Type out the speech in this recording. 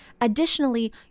additionally